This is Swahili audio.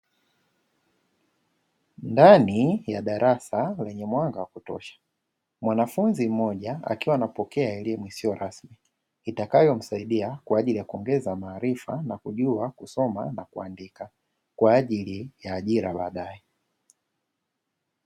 Ndani ya darasa lenye mwanga wa kutosha, mwanafunzi mmoja akiwa anapokea elimu isiyo rasmi itakayomsaidia, kwa ajili ya kuongeza maarifa na kujua kusoma na kuandika, kwa ajili ya ajira ya baadaye.